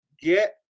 get